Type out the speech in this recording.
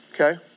Okay